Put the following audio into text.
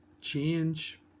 change